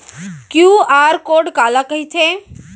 QR code काला कहिथे?